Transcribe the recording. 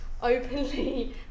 openly